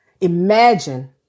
Imagine